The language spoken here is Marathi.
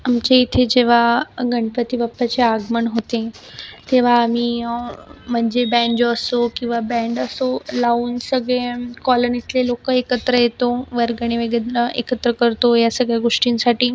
आमचे इथे जेव्हा गणपतीबाप्पाचे आगमन होते तेव्हा मी म्हणजे बॅन्जो असो किंवा बँड असो लावून सगळे कॉलोनीतले लोक एकत्र येतो वर्गणी वगैरे एकत्र करतो या सगळ्या गोष्टींसाठी